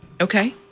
Okay